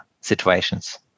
situations